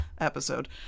episode